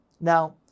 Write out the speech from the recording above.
Now